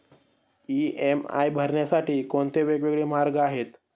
EMI भरण्यासाठी कोणते वेगवेगळे मार्ग आहेत?